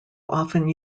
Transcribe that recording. often